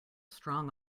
strong